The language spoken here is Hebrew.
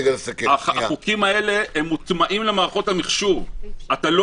החוקים האלה מוטמעים למערכות המחשוב כך שאתה לא